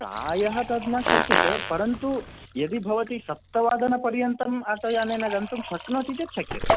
प्रायः तद् न शक्यते परन्तु यदि भवती सप्त वादन पर्यन्तम् आटोयाने गन्तुं शक्नोति चेत् शक्यते